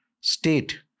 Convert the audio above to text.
state